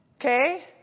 Okay